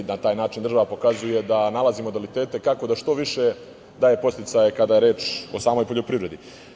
Na taj način država pokazuje da nalazi modalitete kako da što više daje podsticaje kada je reč o samoj poljoprivredi.